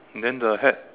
then the hat